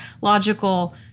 logical